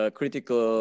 critical